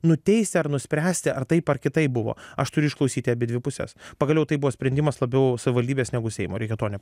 nuteisti ar nuspręsti ar taip ar kitaip buvo aš turi išklausyti abidvi puses pagaliau tai buvo sprendimas labiau savivaldybės negu seimo reikia to ne